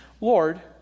Lord